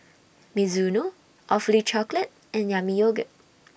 Mizuno Awfully Chocolate and Yami Yogurt